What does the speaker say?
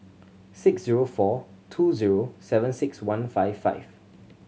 six zero four two zero seven six one five five